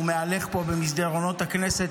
הוא מהלך פה במסדרונות הכנסת,